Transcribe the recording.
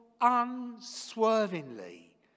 unswervingly